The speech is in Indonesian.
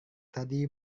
tadi